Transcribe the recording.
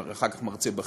מרצה, ואחר כך מרצה בכיר.